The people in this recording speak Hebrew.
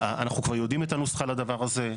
אנחנו כבר יודעים את הנוסחה לדבר הזה,